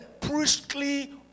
priestly